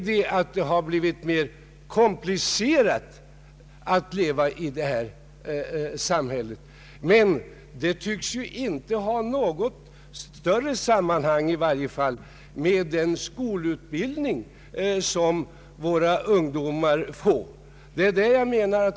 Det har blivit mer komplicerat att leva i det här samhället, men det tycks inte ha något i varje fall större samband med den skolutbildning som våra ungdomar nu får.